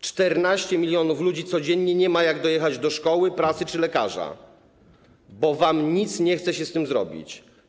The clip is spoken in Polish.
14 mln ludzi codziennie nie ma jak dojechać do szkoły, pracy czy do lekarza, bo wam nic nie chce się z tym zrobić.